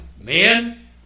men